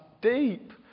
Deep